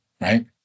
right